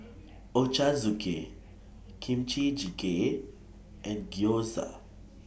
Ochazuke Kimchi Jjigae and Gyoza